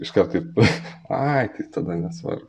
iškart taip ai tai tada nesvarbu